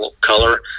color